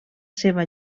seva